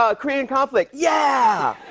ah korean conflict, yeah!